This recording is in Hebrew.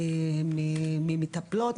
ממטפלות,